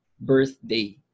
birthday